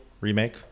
remake